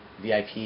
VIP